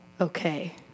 okay